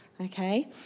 okay